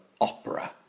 opera